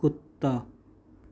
ਕੁੱਤਾ